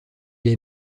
est